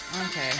Okay